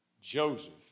Joseph